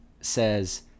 says